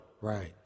Right